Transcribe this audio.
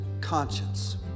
conscience